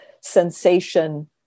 sensation